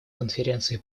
конференции